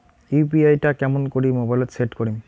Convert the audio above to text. UPI টা কেমন করি মোবাইলত সেট করিম?